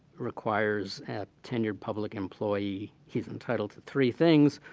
requires a tenured public employee. he's entitled to three things,